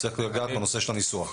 צריך לגעת בנושא של הניסוח.